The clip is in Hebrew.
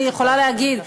אני יכולה להגיד,